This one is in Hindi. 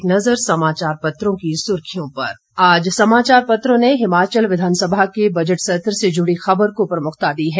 एक नजर समाचार पत्रों की सुर्खियां पर आज समाचार पत्रों ने हिमाचल विधानसभा के बजट सत्र से जुड़ी खबर को प्रमुखता दी है